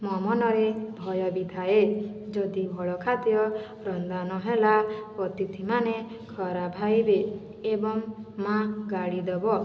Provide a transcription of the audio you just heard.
ମୋ ମନରେ ଭୟ ବି ଥାଏ ଯଦି ଭଲ ଖାଦ୍ୟ ରନ୍ଧା ନହେଲା ଅତିଥିମାନେ ଖରାପ ଭାବିବେ ଏବଂ ମା ଗାଳି ଦବ